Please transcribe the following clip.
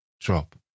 drop